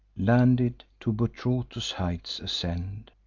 landed, to buthrotus' heights ascend.